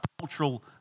cultural